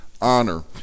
honor